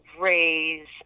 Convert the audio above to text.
Raise